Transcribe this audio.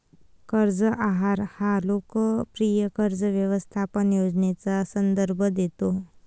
कर्ज आहार हा लोकप्रिय कर्ज व्यवस्थापन योजनेचा संदर्भ देतो